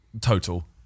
total